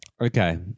Okay